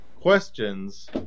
questions